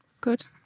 Good